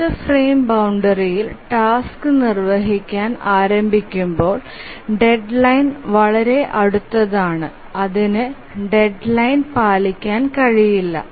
അടുത്ത ഫ്രെയിം ബൌണ്ടറിഇൽ ടാസ്ക് നിർവ്വഹിക്കാൻ ആരംഭിക്കുമ്പോൾ ഡെഡ്ലൈൻ വളരെ അടുത്താണ് അതിന് ഡെഡ്ലൈൻ പാലിക്കാൻ കഴിയില്ല